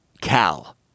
Cal